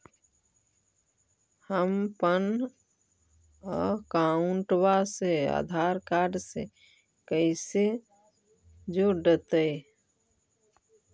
हमपन अकाउँटवा से आधार कार्ड से कइसे जोडैतै?